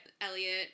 Elliot